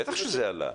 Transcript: בטח שזה עלה,